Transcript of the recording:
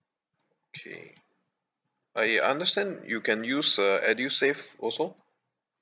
okay I understand you can use uh edusave also